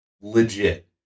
Legit